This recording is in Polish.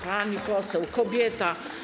Pani poseł, kobieta.